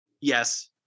Yes